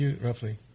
roughly